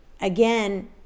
again